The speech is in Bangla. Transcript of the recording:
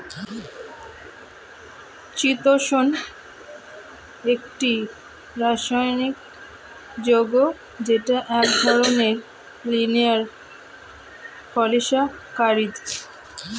চিতোষণ একটি রাসায়নিক যৌগ যেটা এক ধরনের লিনিয়ার পলিসাকারীদ